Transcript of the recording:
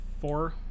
four